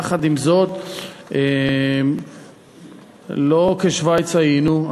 יחד עם זאת, לא כשווייץ היינו.